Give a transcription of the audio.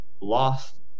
lost